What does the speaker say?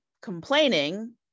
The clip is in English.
complaining